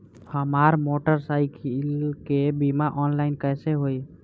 हमार मोटर साईकीलके बीमा ऑनलाइन कैसे होई?